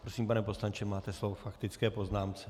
Prosím, pane poslanče, máte slovo k faktické poznámce.